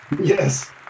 Yes